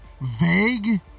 vague